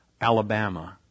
Alabama